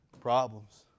problems